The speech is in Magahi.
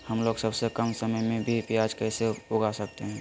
हमलोग सबसे कम समय में भी प्याज कैसे उगा सकते हैं?